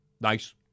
Nice